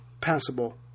passable